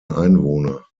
einwohner